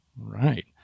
right